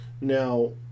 Now